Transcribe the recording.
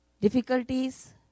difficulties